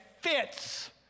fits